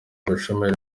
ubushomeri